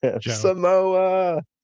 Samoa